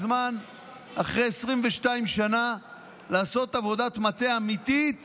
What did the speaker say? אחרי 22 שנה הגיע הזמן לעשות עבודת מטה אמיתית